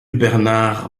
bernard